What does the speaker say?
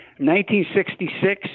1966